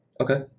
Okay